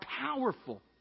powerful